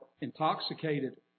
intoxicated